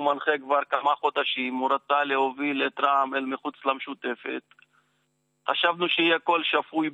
ומה היה החשש הכי גדול שלו,